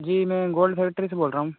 जी मैं gold factory से बोल रहा हूँ